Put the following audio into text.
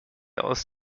aus